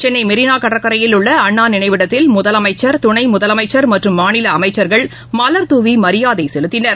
சென்னைமெரிளாகடற்கரையில் உள்ளஅண்ணாநினைவிடத்தில் முதலமைச்சர் துணைமுதலமைச்சர் மற்றும் மாநிலஅமைச்சர்கள் மலர் தூவிமரியாதைசெலுத்தினர்